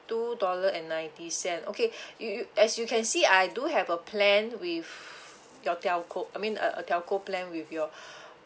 two dollar and ninety cent okay you you as you can see I do have a plan with your telco I mean a a telco plan with your